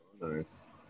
nice